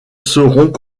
seront